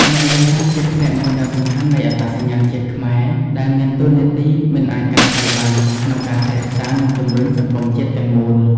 អ្នកនេសាទ ជាផ្នែកមួយដ៏សំខាន់នៃអត្តសញ្ញាណជាតិខ្មែរ ដែលមានតួនាទីមិនអាចកាត់ថ្លៃបាន ក្នុងការថែរក្សា និងជំរុញសង្គមជាតិទាំងមូល។